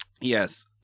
Yes